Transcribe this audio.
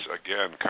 again